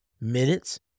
minutes